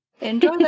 Enjoy